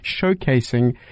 showcasing